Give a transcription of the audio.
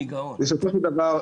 בסופו של דבר,